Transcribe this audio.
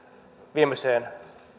viimeiseen